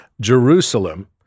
Jerusalem